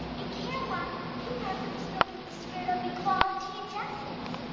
in camelot, king arthur was filled with the spirit of equality and justice.